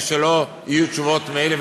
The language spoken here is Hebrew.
ולא יהיו תשובות מעין אלה,